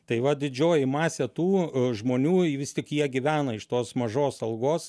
tai va didžioji masė tų žmonių ji vis tik jie gyvena iš tos mažos algos